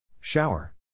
Shower